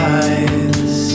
eyes